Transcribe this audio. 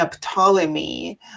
Ptolemy